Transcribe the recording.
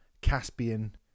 Caspian